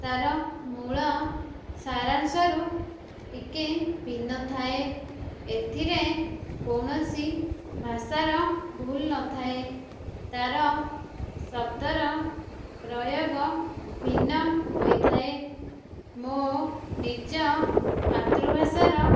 ତା'ର ମୂଳ ସାରାଂଶରୁ ଟିକେ ଭିନ୍ନ ଥାଏ ଏଥିରେ କୌଣସି ଭାଷାର ଭୁଲ ନଥାଏ ତା'ର ଶବ୍ଦର ପ୍ରୟୋଗ ଭିନ୍ନ ହୋଇଥାଏ ମୋ ନିଜ ମାତୃଭାଷାର